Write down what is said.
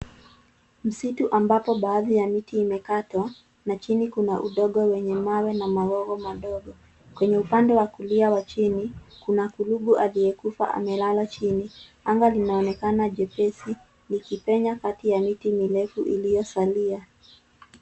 Msitu ambapo baadhi ya miti imekatwa na chini kuna udongo wenye mawe na magogo madogo. Kwenye upande wa kulia wa chini, kuna kurugu aliyekufa amelala chini. Anaga linaonekana jepesi likipenya kati ya mti mirefu iliyosalia.